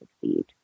succeed